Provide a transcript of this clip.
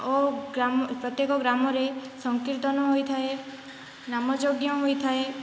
ଓ ପ୍ରତ୍ୟେକ ଗ୍ରାମରେ ସଂକୀର୍ତ୍ତନ ହୋଇଥାଏ ନାମଯଜ୍ଞ ହୋଇଥାଏ